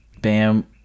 bam